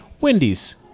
Wendy's